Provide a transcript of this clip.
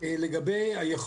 צהריים טובים,